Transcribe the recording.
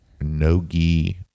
no-gi